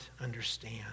understand